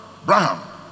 Abraham